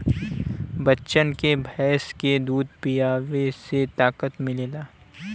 बच्चन के भैंस के दूध पीआवे से ताकत मिलेला